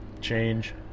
change